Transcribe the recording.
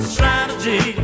strategy